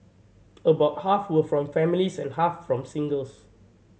about half were from families and half from singles